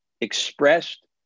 expressed